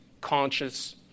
conscious